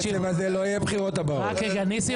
ניסים